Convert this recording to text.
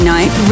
Night